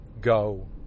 go